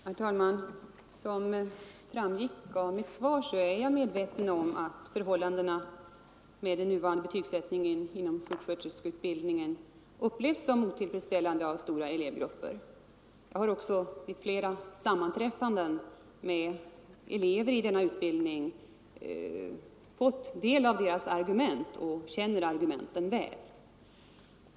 Herr talman! Som framgick av mitt svar är jag medveten om att den nuvarande betygsättningen inom sjuksköterskeutbildningen upplevs som otillfredsställande av stora elevgrupper. Jag har också vid flera sammanträffanden med elever i denna utbildning fått del av deras argument och känner dem väl.